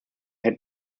had